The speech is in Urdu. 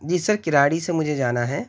جی سر کراڑی سے مجھے جانا ہے